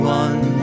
one